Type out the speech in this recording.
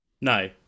No